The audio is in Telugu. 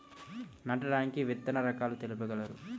నాటడానికి విత్తన రకాలు తెలుపగలరు?